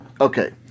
okay